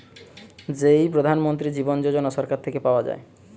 যেই প্রধান মন্ত্রী জীবন যোজনা সরকার থেকে পাওয়া যায়